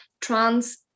trans